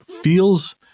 feels